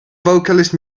vocalist